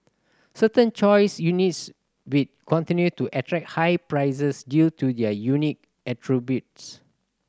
certain choice units will continue to attract high prices due to their unique attributes